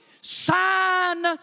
sign